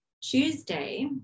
tuesday